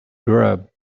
grub